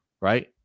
Right